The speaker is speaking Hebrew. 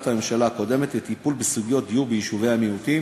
הממשלה הקודמת לטיפול בסוגיות דיור ביישובי מיעוטים